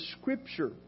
scripture